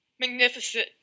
magnificent